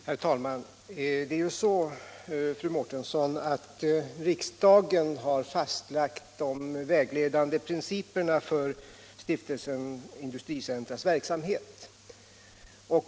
Herr talman! Det är ju så, fru Mårtensson, att riksdagen har fastlagt de vägledande principerna för Stiftelsen Industricentras verksamhet.